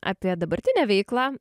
apie dabartinę veiklą